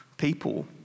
people